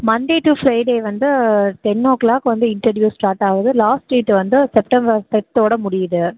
Monday to Friday வந்து ten o'clock வந்து interview start ஆகுது லாஸ்ட் டேட் வந்து செப்டம்பர் தேர்ட்டோடு முடியுது